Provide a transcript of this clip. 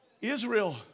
Israel